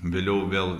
vėliau vėl